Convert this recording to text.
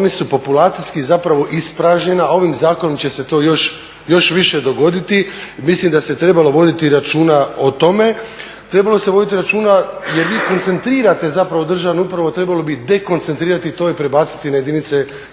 naselja populacijski zapravo ispražnjena a ovim zakonom će se to još više dogoditi. Mislim da se trebalo voditi računa o tome. Trebalo se voditi računa jer vi koncentrirate zapravo državnu upravu, a trebalo bi dekoncentrirati to i prebaciti na